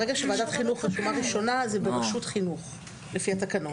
ברגע שוועדת חינוך רשומה ראשונה זה ברשות חינוך לפי התקנות.